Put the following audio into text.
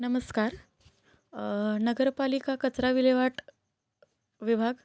नमस्कार नगरपालिका कचरा विल्हेवाट विभाग